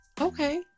Okay